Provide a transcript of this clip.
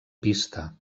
pista